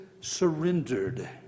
surrendered